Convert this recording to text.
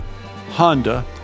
Honda